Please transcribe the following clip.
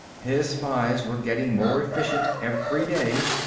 his spies were getting more efficient every day.